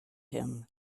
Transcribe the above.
him